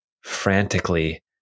frantically